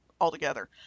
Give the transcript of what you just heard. altogether